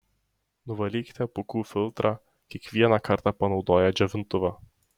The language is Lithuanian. nuvalykite pūkų filtrą kiekvieną kartą panaudoję džiovintuvą